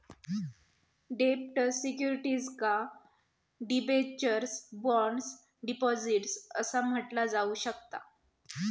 डेब्ट सिक्युरिटीजका debentures, bonds, deposits असा म्हटला जाऊ शकता